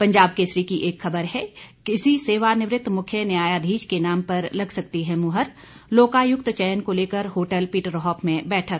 पंजाब केसरी की खबर है किसी सेवानिवृत्त मुख्य न्यायाधीश के नाम पर लग सकती है मोहर लोकायुक्त चयन को लेकर होटल पीटरहॉफ में बैठक